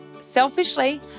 Selfishly